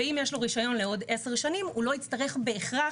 ואם יש לו רישיון לעוד 10 שנים הוא לא יצטרך בהכרח,